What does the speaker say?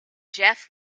jeff